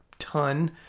ton